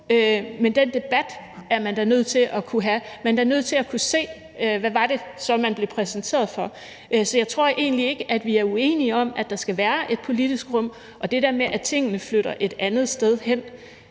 Men den debat er man da nødt til at kunne have. Man er da nødt til at kunne se, hvad det så var, ministeren blev præsenteret for. Så jeg tror egentlig ikke, at vi er uenige om, at der skal være et politisk rum. I forhold til det der med, at tingene flytter et andet sted hen,